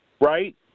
right